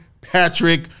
Patrick